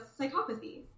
psychopathy